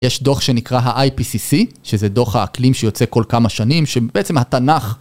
יש דוח שנקרא ה-IPCC, שזה דוח האקלים שיוצא כל כמה שנים, שבעצם התנך...